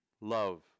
Love